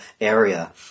area